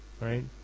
right